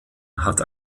hat